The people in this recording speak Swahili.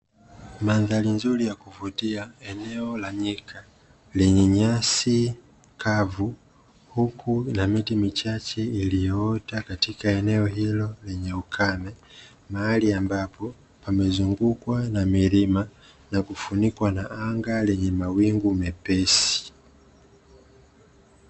Madhari nzuri ya kuvutia. Eneo la nyika lenye nyasi kavu huku lina miti michache iliyoota katika eneo hilo lenye ukame, mahali ambapo pamezungukwa na milima na kufunikwa na anga lenye mawingu mepesi.